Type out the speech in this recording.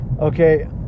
okay